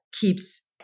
keeps